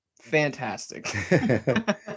fantastic